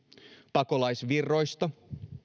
pakolaisvirroista